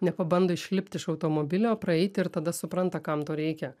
nepabando išlipt iš automobilio praeit ir tada supranta kam to reikia